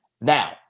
Now